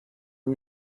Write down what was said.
yng